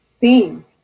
theme